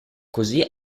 così